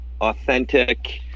authentic